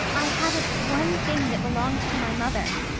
i haven't one thing that belonged to my mother,